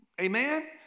Amen